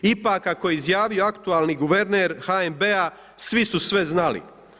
Ipak, kako je izjavio aktualni guverner HNB-a, svi su sve znali.